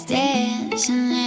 dancing